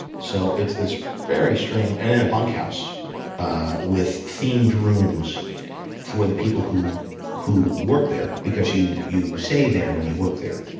so it's this very strange and then a bunkhouse with themed rooms for the people who who work there. because you you stay there when you work there,